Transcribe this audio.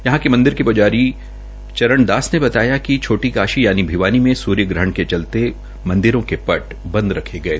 यहां के मंदिर के प्जारी चरणदास ने बताया कि छोटी काशी यानि भिवानी में सूर्यग्रहण के चलते मंदिरों के पर बंद रखे गये